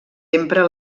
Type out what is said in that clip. empra